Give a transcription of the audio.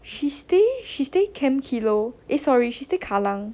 she stay she stay camp kilo eh sorry she stay kallang